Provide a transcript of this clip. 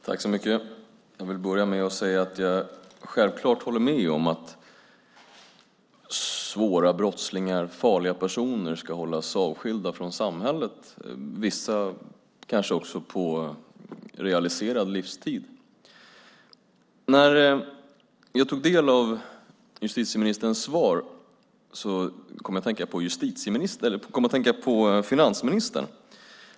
Herr talman! Jag vill börja med att säga att jag självklart håller med om att brottslingar som har begått svåra brott och farliga personer ska hållas avskilda från samhället - vissa kanske också på realiserad livstid. När jag tog del av justitieministerns svar kom jag att tänka på finansministern.